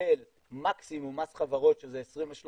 תקבל מקסימום מס חברות, שזה 23%,